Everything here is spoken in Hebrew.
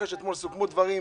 אחרי שאתמול סוכמו דברים.